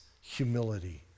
humility